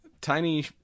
tiny